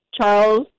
Charles